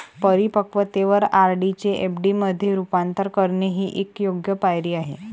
परिपक्वतेवर आर.डी चे एफ.डी मध्ये रूपांतर करणे ही एक योग्य पायरी आहे